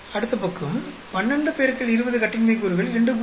அடுத்த பக்கம் 12 X 20 கட்டின்மை கூறுகள் 2